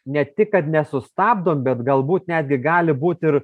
ne tik kad nesustabdom bet galbūt netgi gali būt ir